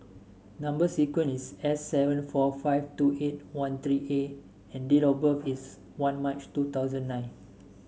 number sequence is S seven four five two eight one three A and date of birth is one March two thousand nine